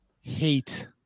hate